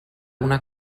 una